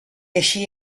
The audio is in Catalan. així